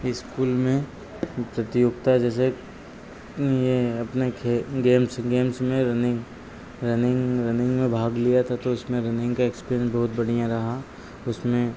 school में प्रतियोगिता जैसे यह अपने खेल गेम्स गेम्स में रनिंग रनिंग रनिंग में भाग लिया था तो उसमें रनिंग का एक्सपीरिएन्स बहुत बढ़िया रहा उसमें